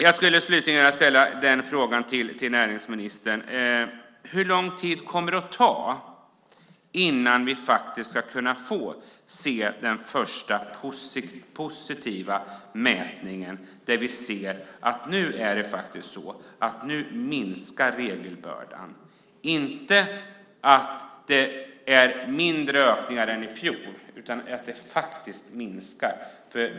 Jag skulle slutligen vilja ställa frågan till näringsministern: Hur lång tid kommer det att ta innan vi faktiskt ska kunna få se den första mätningen med positiva resultat, där vi ser att nu minskar regelbördan, inte att det är en mindre ökning än i fjol utan faktiskt minskar?